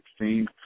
2016